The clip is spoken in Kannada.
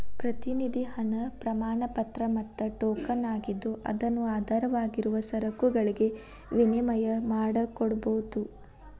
ಪ್ರತಿನಿಧಿ ಹಣ ಪ್ರಮಾಣಪತ್ರ ಮತ್ತ ಟೋಕನ್ ಆಗಿದ್ದು ಅದನ್ನು ಆಧಾರವಾಗಿರುವ ಸರಕುಗಳಿಗೆ ವಿನಿಮಯ ಮಾಡಕೋಬೋದು